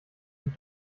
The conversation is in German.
die